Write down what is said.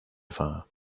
far